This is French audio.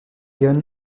lyon